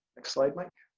next slide mike.